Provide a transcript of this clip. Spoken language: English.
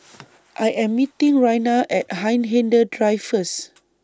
I Am meeting Raina At Hindhede Drive First